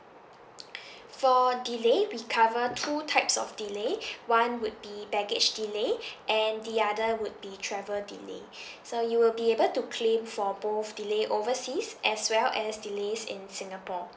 for delay we cover two types of delay one would be baggage delay and the other would be travel delay so you will be able to claim for both delay overseas as well as delays in singapore